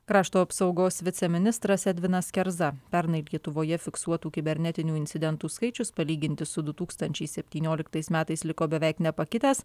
krašto apsaugos viceministras edvinas kerza pernai lietuvoje fiksuotų kibernetinių incidentų skaičius palyginti su du tūkstančiai septynioliktais metais liko beveik nepakitęs